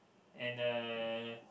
and uh